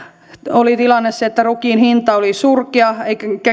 oli tilanne se että rukiin hinta oli surkea eikä